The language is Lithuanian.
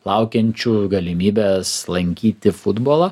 laukiančių galimybės lankyti futbolą